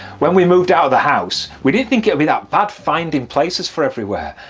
when we moved out of the house we didn't think it'd be that bad finding places for everywhere,